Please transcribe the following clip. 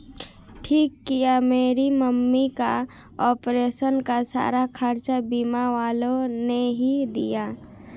ठीक किया मेरी मम्मी का ऑपरेशन का सारा खर्चा बीमा वालों ने ही दिया